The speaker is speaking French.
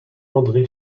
andré